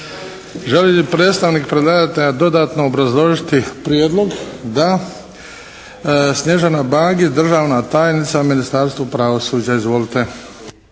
Želi li predstavnik predlagatelja dodatno obrazložiti prijedlog? Da. Snježana Bagić državna tajnica u Ministarstvu pravosuđa. Izvolite.